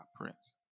Prince